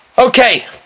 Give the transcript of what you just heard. Okay